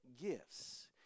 gifts